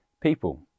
people